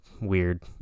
weird